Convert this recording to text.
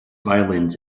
violins